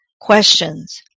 questions